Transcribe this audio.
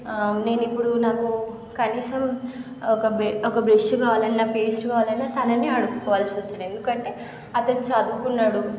నేను ఇప్పుడు నాకు కనీసం ఒక ఒక బ్రష్ కావాలన్నా పేస్ట్ కావాలన్నా తననే అడుక్కోవాల్సి వస్తుంది ఎందుకంటే అతను చదువుకున్నాడు